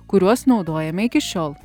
kuriuos naudojame iki šiol